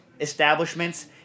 establishments